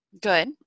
Good